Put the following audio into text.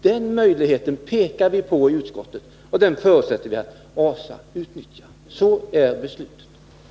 Den möjligheten pekar vi på i utskottet, och vi förutsätter att ASA utnyttjar den. Det är utskottets ställningstagande.